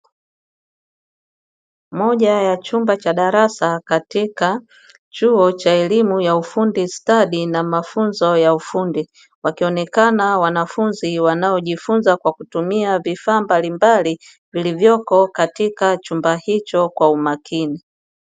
Moja ya chumba cha darasa katika chuo cha elimu ya ufundi stadi na mafunzo ya ufundi, wakionekana wanafunzi wanaojifunza kwa kutumia vifaa mbalimbali vilivyoko katika chumba hicho kwa umakini.